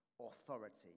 authority